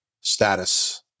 status